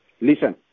Listen